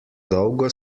dolgo